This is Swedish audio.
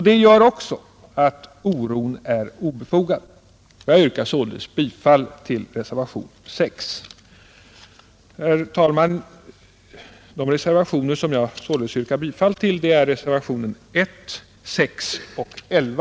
Det gör också att oron är obefogad. Jag yrkar därför bifall till reservationen 6a. Herr talman! De reservationer jag yrkar bifall till är alltså reservationerna 1, 6a och 11.